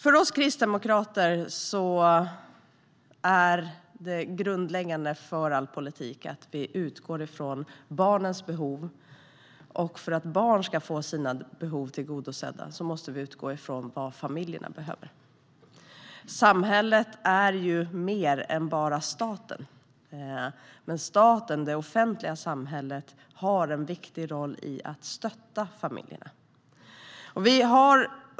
För oss kristdemokrater är det grundläggande för all politik att vi utgår ifrån barnens behov. För att barn ska få sina behov tillgodosedda måste vi utgå ifrån vad familjerna behöver. Samhället är ju mer än bara staten. Men staten, det offentliga samhället, har en viktig roll i att stötta familjerna.